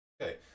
Okay